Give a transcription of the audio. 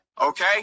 okay